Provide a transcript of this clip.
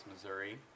Missouri